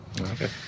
okay